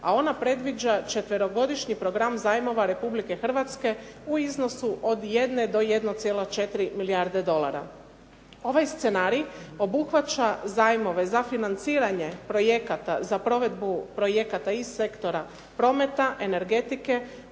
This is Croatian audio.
a ona predviđa četverogodišnji program zajmova Republike Hrvatske u iznosu od jedne do 1,4 milijarde dolara. Ovaj scenarij obuhvaća zajmove za financiranje projekata za provedbu projekata iz sektora prometa, energetike,